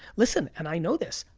listen, and i know this,